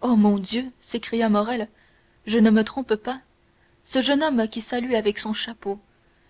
oh mon dieu s'écria morrel je ne me trompe pas ce jeune homme qui salue avec son chapeau